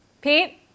Pete